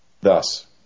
Thus